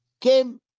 came